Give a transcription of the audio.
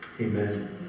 Amen